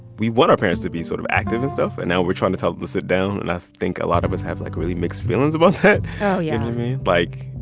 we want our parents to be sort of active and stuff, and now we're trying to tell them to sit down. and, i think, a lot of us have like really mixed feelings about that. yeah like,